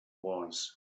was